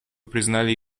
признали